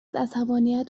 عصبانیت